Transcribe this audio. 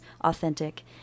authentic